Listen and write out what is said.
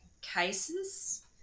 cases